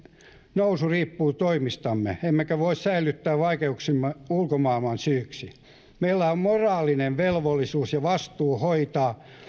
nousu riippuu toimistamme emmekä voi sälyttää vaikeuksia ulkomaailman syyksi meillä on moraalinen velvollisuus ja vastuu hoitaa